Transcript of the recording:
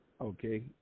Okay